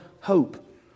hope